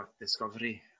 discovery